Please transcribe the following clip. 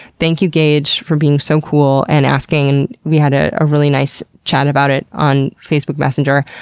thank you gage for being so cool and asking, and we had a ah really nice chat about it on facebook messenger.